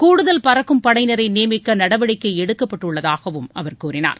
கூடுதல் பறக்கும் படையினரை நியமிக்க நடவடிக்கை எடுக்கப்பட்டுள்ளதாகவும் அவர் கூறினார்